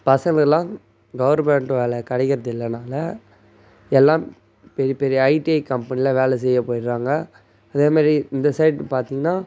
பசங்களுக்கெல்லாம் கவர்மெண்ட் வேலை கெடைக்கிறதில்லன்றனால எல்லாம் பெரிய பெரிய ஐடிஐ கம்பெனியில் வேலை செய்ய போயிடுறாங்க அதேமாதிரி இந்த சைட் பார்த்திங்கனா